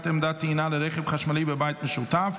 עמדת טעינה לרכב חשמלי בבית משותף),